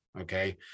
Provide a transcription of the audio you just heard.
Okay